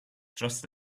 just